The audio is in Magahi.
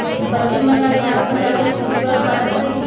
पश्चिम बंगाल भारत में चावल के सबसे बड़ा उत्पादक हई